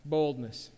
boldness